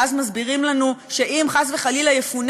ואז מסבירים לנו שאם חס וחלילה יפונה